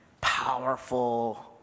powerful